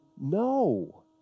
No